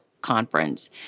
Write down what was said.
conference